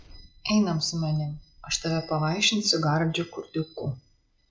einam su manim aš tave pavaišinsiu gardžiu kurdiuku